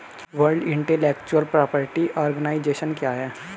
World intellectual property organization क्या है?